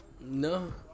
No